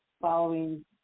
following